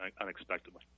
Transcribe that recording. unexpectedly